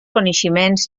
coneixements